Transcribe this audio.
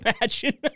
imagine